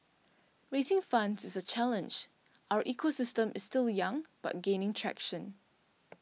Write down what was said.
raising funds is a challenge our ecosystem is still young but gaining traction